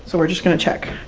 so we're just going to check